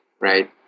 right